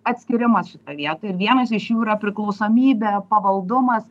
atskyrimas šitoj vietoj ir vienas iš jų yra priklausomybė pavaldumas